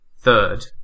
Third